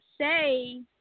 say